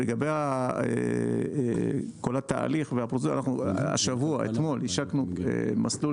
לגבי כל התהליך אתמול השקנו מסלול